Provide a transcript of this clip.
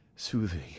Soothing